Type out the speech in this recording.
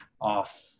off